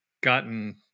gotten